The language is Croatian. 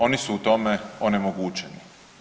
Oni su u tome onemogućeni.